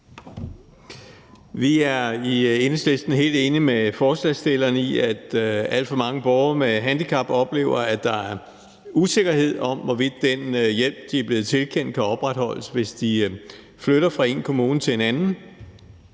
Vi er i Enhedslisten helt enige med forslagsstillerne i, at alt for mange borgere med handicap oplever, at der er usikkerhed om, hvorvidt den hjælp, de er blevet tilkendt, kan opretholdes, hvis de flytter fra én kommune til en anden.